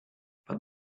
but